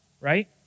Right